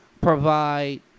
provide